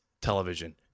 television